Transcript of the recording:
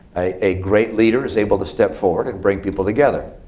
a great leader is able to step forward and bring people together.